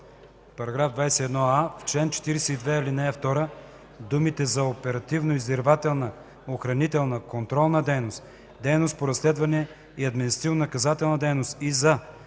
21а: „§ 21а. В чл. 42, ал. 2 думите „за оперативно-издирвателна, охранителна, контролна дейност, дейност по разследване и административнонаказателна дейност и за